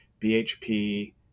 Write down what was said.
BHP